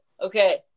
Okay